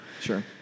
sure